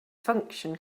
function